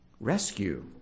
rescue